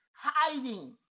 hiding